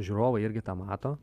žiūrovai irgi tą mato